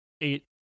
eight